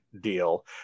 deal